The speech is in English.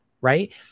Right